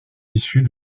issues